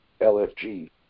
LFG